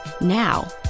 Now